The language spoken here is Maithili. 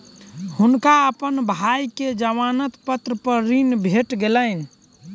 हुनका अपन भाई के जमानत पत्र पर ऋण भेट गेलैन